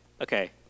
Okay